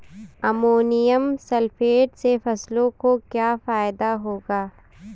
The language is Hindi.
अमोनियम सल्फेट से फसलों को क्या फायदा होगा?